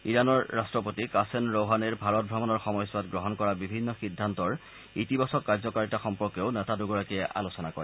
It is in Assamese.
ইৰাণৰ ৰট্টপতি কাছেন ৰৌহানেৰ ভাৰত ভ্ৰমণৰ সময়ছোৱাত গ্ৰহণ কৰা বিভিন্ন সিদ্ধান্তৰ ইতিবাচক কাৰ্যকাৰিতা সম্পৰ্কেও নেতা দুগৰাকীয়ে আলোচনা কৰে